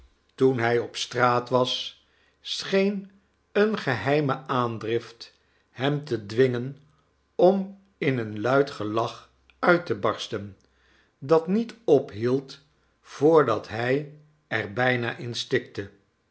toen hij op straat was scheen eene geheime aandrift hem te dwingen om in een luid gelach uit te barsten dat niet ophield voordat hij er bijna in stikte